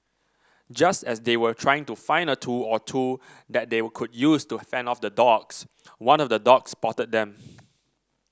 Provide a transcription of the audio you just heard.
just as they were trying to find a tool or two that they could use to fend off the dogs one of the dogs spotted them